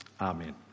amen